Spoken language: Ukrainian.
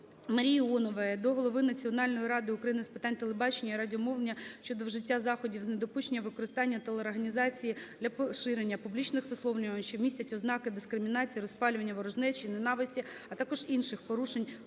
Геращенко до голови Національної ради України з питань телебачення і радіомовлення щодо вжиття заходів з недопущення використання телерадіоорганізацій для поширення публічних висловлювань, що містять ознаки дискримінації, розпалювання ворожнечі і ненависті, а також інших порушень